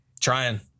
Trying